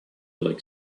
like